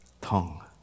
tongue